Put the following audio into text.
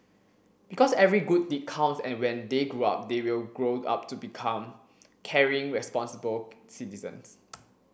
because every good deed counts and when they grow up they will grow up to become caring responsible citizens